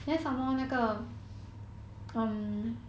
pek cek ah